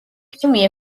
ფილმი